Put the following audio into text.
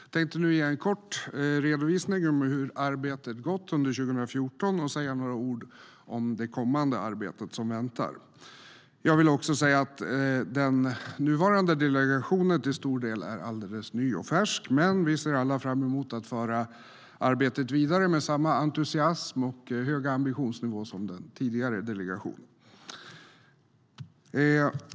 Jag tänkte ge en kort redovisning av hur arbetet har gått under 2014 och säga några ord om vårt kommande arbete. Den nuvarande delegationen är till stor del ny och färsk, men vi ser alla fram emot att föra arbetet vidare med samma entusiasm och höga ambitionsnivå som den tidigare delegationen.